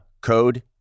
code